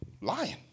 Lying